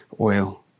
oil